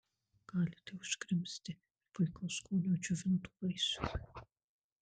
galite užkrimsti ir puikaus skonio džiovintų vaisių